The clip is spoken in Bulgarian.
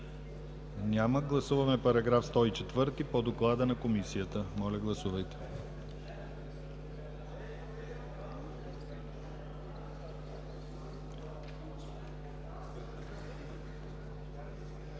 Няма. Гласуваме § 104 по доклада на Комисията. Моля, гласувайте.